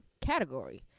category